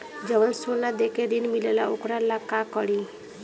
जवन सोना दे के ऋण मिलेला वोकरा ला का करी?